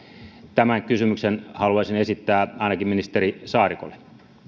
tämän kysymyksen haluaisin esittää ainakin ministeri saarikolle